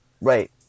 right